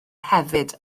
hefyd